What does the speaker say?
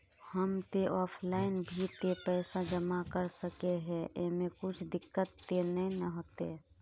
हम ते ऑफलाइन भी ते पैसा जमा कर सके है ऐमे कुछ दिक्कत ते नय न होते?